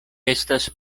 estas